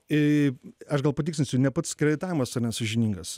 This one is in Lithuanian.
ir aš gal patikslinsiu ne pats kreditavimas yra nesąžiningas